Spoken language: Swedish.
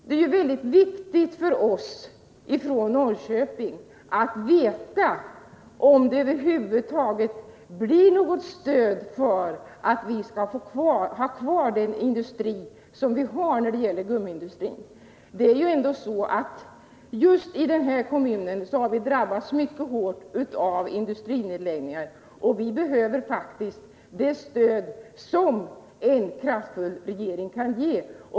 Det är viktigt för oss från Norrköping att få veta om det över huvud taget blir något stöd för att vi skall få ha kvar den gummiindustri vi har. Norrköping har drabbats mycket hårt av industrinedläggningar, och vi behöver faktiskt det stöd som en kraftfull regering kan ge.